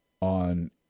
on